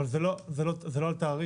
אבל זה לא על תעריף.